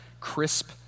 crisp